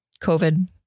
COVID